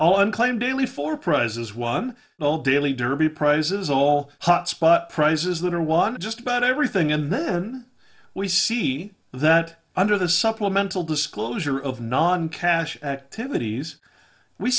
unclaimed daily for prizes one old daily derby prizes all hot spot prices that are won just about everything and then we see that under the supplemental disclosure of noncash activities we